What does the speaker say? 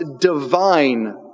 divine